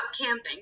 camping